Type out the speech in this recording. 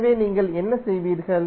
எனவே நீங்கள் என்ன செய்வீர்கள்